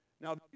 Now